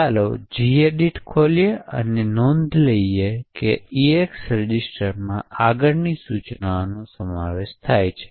ચાલો Gedit ખોલીએ અને નોંધ લઈએ કે EAX રજીસ્ટરમાં આગળની સૂચનાનો સમાવેશ થાય છે